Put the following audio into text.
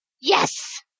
Yes